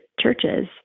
churches